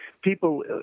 people